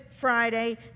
Friday